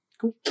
cool